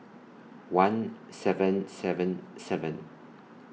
one seven seven seven